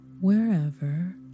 wherever